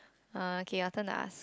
uh kay your turn lah